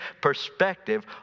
perspective